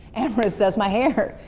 amorous does my hair,